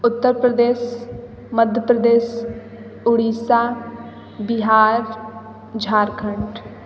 Uttar Pradesh Madhya Pradesh Orissa Bihar Jharkhand